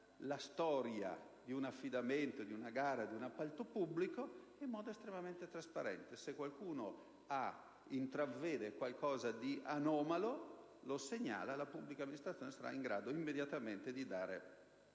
la storia di un affidamento, di una gara, di un appalto pubblico, in modo estremamente trasparente. Se qualcuno intravede qualcosa di anomalo lo segnala alla pubblica amministrazione, che sarà in grado di dare immediatamente le risposte.